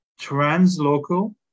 translocal